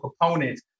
components